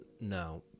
no